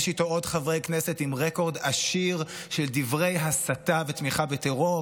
יש איתו עוד חברי כנסת עם רקורד עשיר של דברי הסתה ותמיכה בטרור,